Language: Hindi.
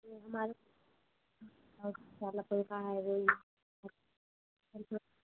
ये हमारे कोई का है रेंज और हम तो